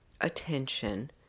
attention